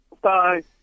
Bye